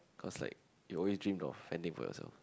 cause like you always dream of fending for yourself